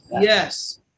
Yes